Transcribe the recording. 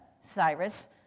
Cyrus